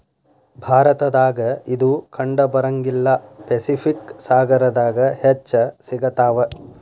ಭಾರತದಾಗ ಇದು ಕಂಡಬರಂಗಿಲ್ಲಾ ಪೆಸಿಫಿಕ್ ಸಾಗರದಾಗ ಹೆಚ್ಚ ಸಿಗತಾವ